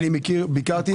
ביקרתי.